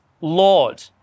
Lord